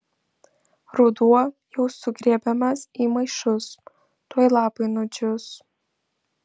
ruduo jau sugrėbiamas į maišus tuoj lapai nudžius